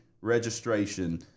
registration